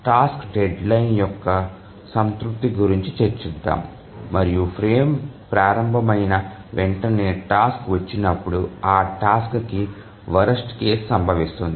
task deadline యొక్క సంతృప్తి గురించి చర్చిద్దాం మరియు ఫ్రేమ్ ప్రారంభమైన వెంటనే టాస్క్ వచ్చినప్పుడు ఆ టాస్క్ కి వరస్ట్ కేసు సంభవిస్తుంది